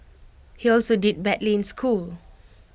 he also did badly in school